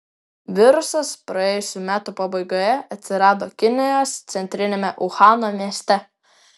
virusas praėjusių metų pabaigoje atsirado kinijos centriniame uhano mieste